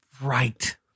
right